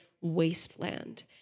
wasteland